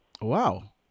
Wow